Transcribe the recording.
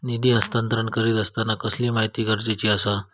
निधी हस्तांतरण करीत आसताना कसली माहिती गरजेची आसा?